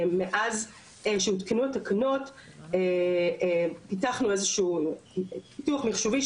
מאז שהותקנו התקנות פיתחנו איזה שהוא פיתוח מחשובי,